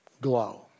glow